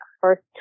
first